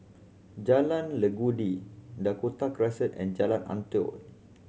Jalan Legundi Dakota Crescent and Jalan Antoi